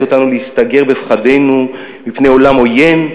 אותנו להסתגר בפחדינו מפני עולם עוין?